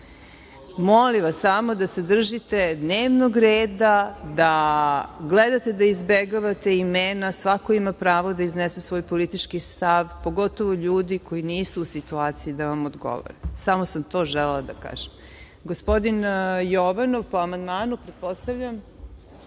rekli. Molim vas samo da se držite dnevnog reda, da gledate da izbegavate imena. Svako ima pravo da iznese svoj politički stav, pogotovo ljudi koji nisu u situaciji da vam odgovore. Samo sam to želela da vam kažem. Gospodin Jovanov, po amandmanu, pretpostavljam.